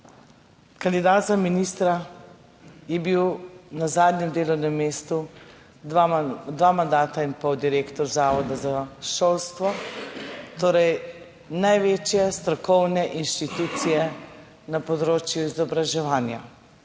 Kandidat za ministra je bil na zadnjem delovnem mestu dva mandata in pol direktor Zavoda za šolstvo, torej največje strokovne inštitucije na področju izobraževanja.